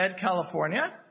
California